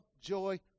joy